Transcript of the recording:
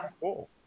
cool